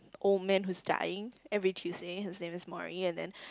old man who's dying every Tuesday his name is Morrie and then